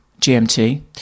GMT